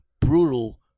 brutal